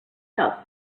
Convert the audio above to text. tuff